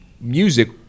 music